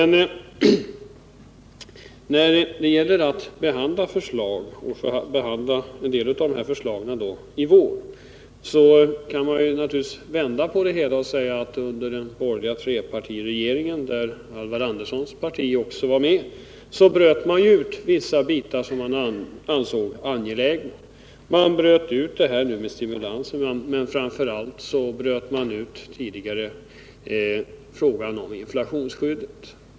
När det gäller det lämpliga i att behandla dessa förslag i vår kan man vända på det hela och säga att under den borgerliga trepartiregeringen, där Alvar Anderssons parti också var med, så bröt man ut vissa bitar som man ansåg angelägna, t.ex. frågan om stimulansåtgärder och frågan om inflationsskyddet.